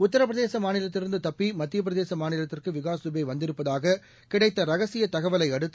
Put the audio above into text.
உத்தரபிரதேசமாநிலத்திலிருந்துதப்பி மத்தியப்பிரதேசமாநிலத்திற்குவிகாஸ் துபேவந்திருப்பதாககிடைத்தரகசியதகவலைஅடுத்து